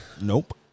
Nope